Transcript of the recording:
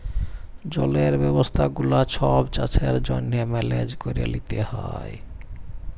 জলের ব্যবস্থা গুলা ছব চাষের জ্যনহে মেলেজ ক্যরে লিতে হ্যয়